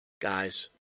Guys